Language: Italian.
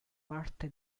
parte